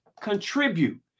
contribute